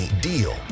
deal